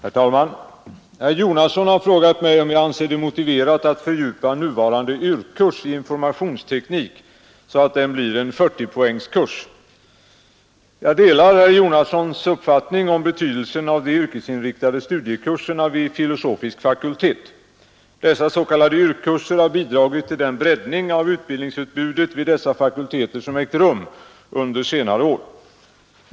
Herr talman! Herr Jonasson har frågat mig om jag anser det motiverat att fördjupa nuvarande YRK-kurs i informationsteknik så att den blir en 40-poängskurs. Jag delar herr Jonassons uppfattning om betydelsen av de yrkesinriktade studiekurserna vid filosofisk fakultet. Dessa s.k. YRK-kurser har bidragit till den breddning av utbildningsutbudet vid dessa fakulteter som ägt rum under senare år.